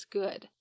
good